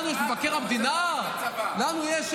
לנו יש מבקר המדינה,